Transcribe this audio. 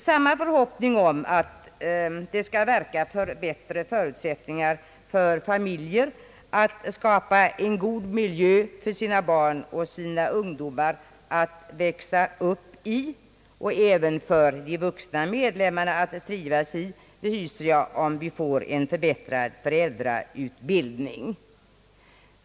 Samma förhoppning om att det skall verka för bättre förutsättningar för familjer att skapa en god miljö för sina barn och ungdomar att växa upp i och även för de vuxna medlemmarna att trivas i hyser jag, om vi får en förbättrad föräldrautbildning.